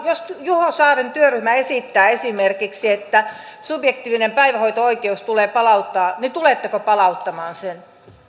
jos juho saaren työryhmä esittää esimerkiksi että subjektiivinen päivähoito oikeus tulee palauttaa niin tuletteko palauttamaan sen